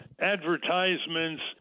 advertisements